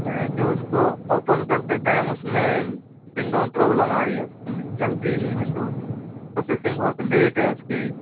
क्या है कि उसको ओपन करते टाइम उसमें विंडो में प्रॉब्लम आ रही उस समय में चलती ही नहीं है विंडो प्रोसेसिंग बहुत लेट है उसकी